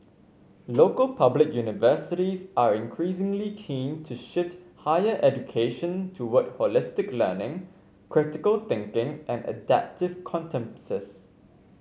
local public universities are increasingly keen to shift higher education toward holistic learning critical thinking and adaptive